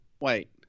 Wait